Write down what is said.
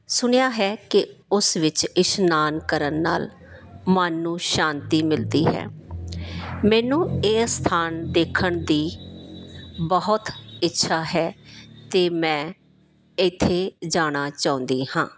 ਸੁਣਿਆ ਹੈ ਕਿ ਉਸ ਵਿੱਚ ਇਸ਼ਨਾਨ ਕਰਨ ਨਾਲ਼ ਮਨ ਨੂੰ ਸ਼ਾਂਤੀ ਮਿਲਦੀ ਹੈ ਮੈਨੂੰ ਇਹ ਸਥਾਨ ਦੇਖਣ ਦੀ ਬਹੁਤ ਇੱਛਾ ਹੈ ਅਤੇ ਮੈਂ ਇੱਥੇ ਜਾਣਾ ਚਾਹੁੰਦੀ ਹਾਂ